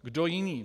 Kdo jiný.